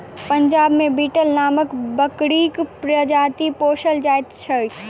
पंजाब मे बीटल नामक बकरीक प्रजाति पोसल जाइत छैक